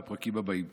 בפרקים הבאים.